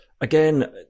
Again